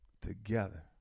together